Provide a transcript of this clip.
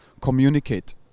communicate